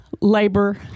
labor